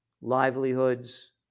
livelihoods